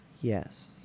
Yes